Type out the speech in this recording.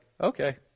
okay